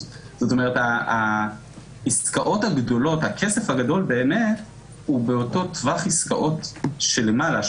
זאת אומרת הכסף הגדול באמת הוא באותו טווח עסקאות שלמעלה,